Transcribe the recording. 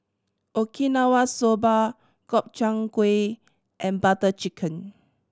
Okinawa Soba Gobchang Gui and Butter Chicken